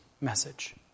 message